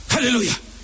Hallelujah